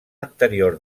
anterior